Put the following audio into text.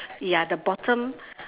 ya the bottom